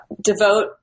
Devote